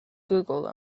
google